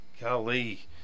golly